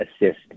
assist